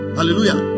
Hallelujah